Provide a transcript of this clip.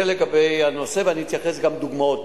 זה לגבי הנושא, ואני אתייחס גם לדוגמאות.